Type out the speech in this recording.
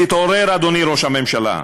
תתעורר, אדוני ראש הממשלה.